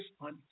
on